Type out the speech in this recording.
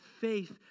faith